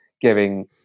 giving